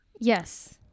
Yes